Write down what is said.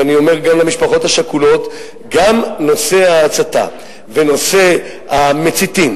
ואני אומר גם למשפחות השכולות: גם נושא ההצתה ונושא המציתים